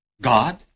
God